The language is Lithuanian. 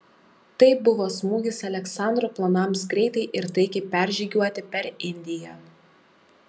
tai buvo smūgis aleksandro planams greitai ir taikiai peržygiuoti per indiją